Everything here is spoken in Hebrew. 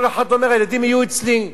כל אחד אומר: הילדים יהיו אצלי.